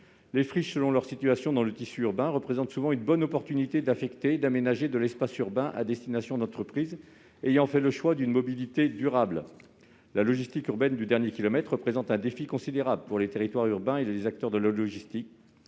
personnels. Selon leur situation dans le tissu urbain, les friches représentent souvent une bonne opportunité d'affecter et d'aménager de l'espace urbain à destination d'entreprises ayant fait le choix d'une mobilité durable. La logistique urbaine du dernier kilomètre constitue un défi considérable pour les territoires urbains et les acteurs de la logistique.